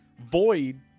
void